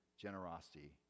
generosity